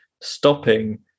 stopping